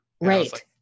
Right